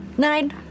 Nine